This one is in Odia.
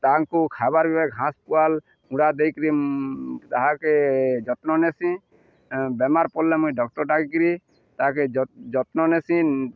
ତାଙ୍କୁ ଖାଇବାର ଘାସ ପୁଆଲ ମୁଡ଼ା ଦେଇକିରି ତାହାକେ ଯତ୍ନ ନେସି ବେମାର ପଡ଼ିଲେ ମୁଇଁ ଡକ୍ଟର ଡାକିକିରି ତାହାକେ ଯତ୍ନ ନେସି